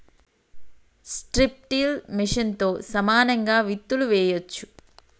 strip till మెషిన్తో సమానంగా విత్తులు వేయొచ్చు